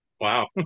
Wow